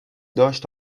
داشت